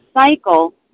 cycle